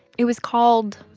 it was called,